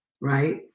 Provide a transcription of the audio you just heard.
right